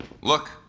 Look